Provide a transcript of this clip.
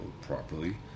properly